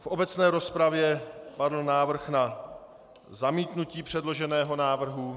V obecné rozpravě padl návrh na zamítnutí předloženého návrhu.